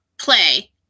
play